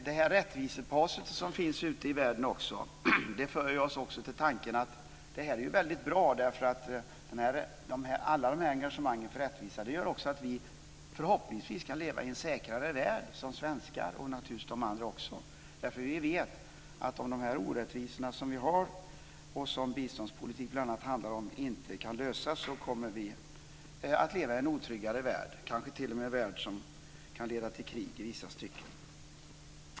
Det rättvisepatos som finns ute i världen för oss också till tanken att det här är väldigt bra, därför att allt detta engagemang för rättvisa gör att vi förhoppningsvis kan leva i en säkrare värld, såväl svenskar som andra. Vi vet att om de orättvisor som finns, som biståndspolitik bl.a. handlar om, inte kan lösas kommer vi att leva i en otryggare värld, där det kanske t.o.m. kan bli krig.